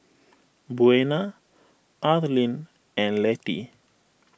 Buena Arleen and Letty